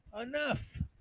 enough